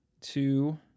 two